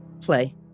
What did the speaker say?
Play